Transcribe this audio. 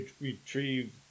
retrieve